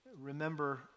remember